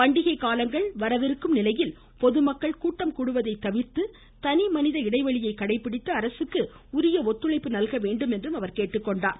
பண்டிகை காலங்கள் வரவிருக்கும் நிலையில் பொதுமக்கள் கூட்டம் கூடுவதை தவிர்த்து தனிமனித இடைவெளியை கடைபிடித்து அரசுக்கு உரிய ஒத்துழைப்பு வழங்க வேண்டும் என்று கேட்டுக்கொண்டார்